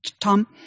Tom